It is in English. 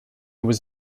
was